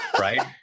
right